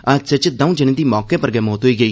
हादसे च दौं जनें दी मौके पर गै मौत होई गेई